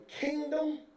kingdom